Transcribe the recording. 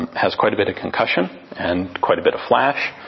has quite a bit of concussion and quite a bit of flash,